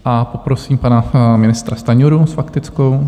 A poprosím pana ministra Stanjuru s faktickou.